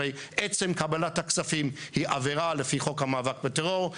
הרי עצם קבלת הכספים היא עבירה לפי חוק המאבק בטרור,